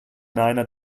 niner